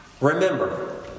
Remember